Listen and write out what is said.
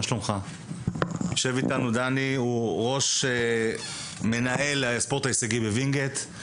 יושב איתנו דני, מנהל הספורט ההישגי בווינגייט,